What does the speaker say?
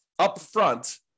upfront